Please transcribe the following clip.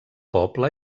poble